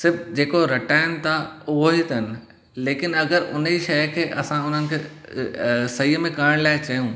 सिर्फ़ु जेको रटायूं था उहो ई अथनि लेकिन अगरि हुन ई शइ खे असां हुननि खे ऐं सही में करण लाइ चयूं